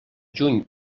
juny